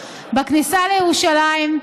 בכניסה לירושלים,